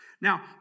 Now